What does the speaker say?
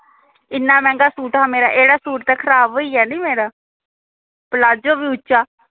इन्ना मैंह्गा सूट हा मेरा एह्कड़ा सूट ते खराब होई गेआ निं मेरा प्लाजो बी उच्चा